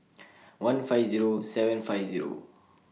one five Zero seven five Zero